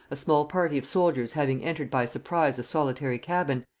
a small party of soldiers having entered by surprise a solitary cabin,